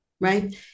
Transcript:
Right